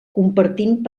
compartint